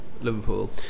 Liverpool